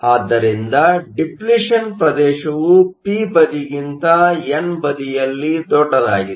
ಆದ್ದರಿಂದ ಡಿಪ್ಲಿಷನ್ ಪ್ರದೇಶವು ಪಿ ಬದಿಗಿಂತ ಎನ್ ಬದಿಯಲ್ಲಿ ದೊಡ್ಡದಾಗಿದೆ